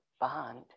bond